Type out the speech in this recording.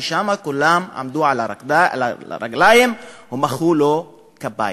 ושם כולם עמדו על הרגליים ומחאו לו כפיים.